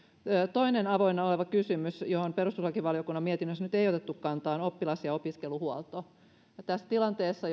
toinen avoinna oleva kysymys johon perustuslakivaliokunnan mietinnössä nyt ei otettu kantaa on oppilas ja opiskeluhuolto tässä tilanteessa